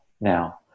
now